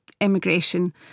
immigration